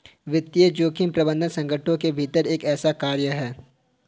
वित्तीय जोखिम प्रबंधन संगठनों के भीतर एक ऐसा कार्य है